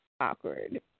awkward